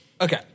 Okay